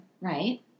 Right